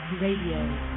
Radio